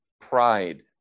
pride